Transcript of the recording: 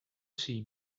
see